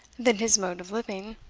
than his mode of living,